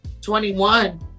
21